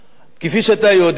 כפי שאתה יודע,